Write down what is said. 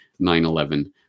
9-11